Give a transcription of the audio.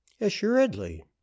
assuredly